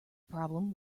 problem